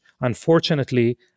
Unfortunately